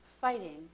fighting